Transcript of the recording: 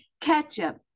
Ketchup